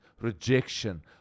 rejection